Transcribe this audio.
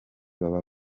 baba